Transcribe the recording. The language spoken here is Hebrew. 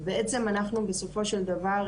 בעצם בסופו של דבר אנחנו,